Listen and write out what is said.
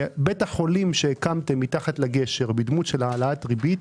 בית החולים שהקמתם מתחת לגשר בדמות של העלאת הריבית